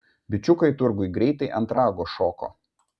bičiukai turguj greitai ant rago šoko